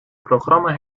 programma